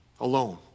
alone